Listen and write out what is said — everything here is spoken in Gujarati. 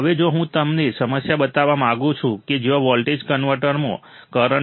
હવે જો હું તમને સમસ્યા બતાવવા માંગુ છું કે જ્યાં વોલ્ટેજ કન્વર્ટરમાં કરંટ છે